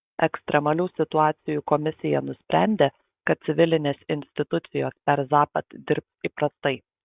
ekstremalių situacijų komisija nusprendė kad civilinės institucijos per zapad dirbs įprastai